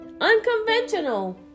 Unconventional